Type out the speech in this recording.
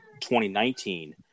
2019